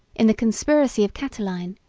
in the conspiracy of catiline,